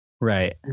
Right